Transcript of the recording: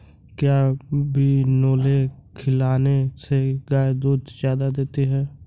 क्या बिनोले खिलाने से गाय दूध ज्यादा देती है?